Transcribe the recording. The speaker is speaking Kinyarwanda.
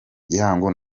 igihango